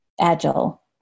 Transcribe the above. agile